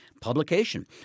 publication